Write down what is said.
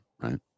Right